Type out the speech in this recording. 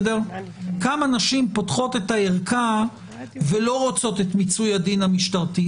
כמה נשים פותחות את הערכה ולא רוצות את מיצוי הדין המשטרתי.